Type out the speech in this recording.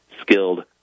skilled